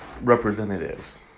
representatives